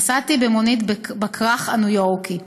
נסעתי במונית בכרך הניו יורקי.